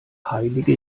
heilige